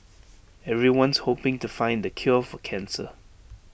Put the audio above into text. everyone's hoping to find the cure for cancer